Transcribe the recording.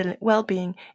well-being